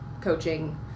coaching